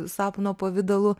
sapno pavidalu